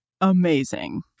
amazing